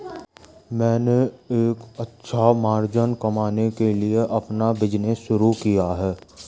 मैंने एक अच्छा मार्जिन कमाने के लिए अपना बिज़नेस शुरू किया है